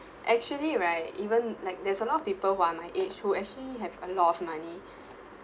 actually right even like there's a lot of people who are my age who actually have a lot of money